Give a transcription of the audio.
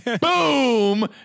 boom